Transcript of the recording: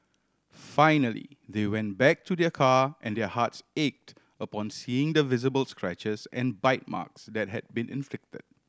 finally they went back to their car and their hearts ached upon seeing the visible scratches and bite marks that had been inflict